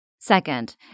Second